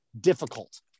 difficult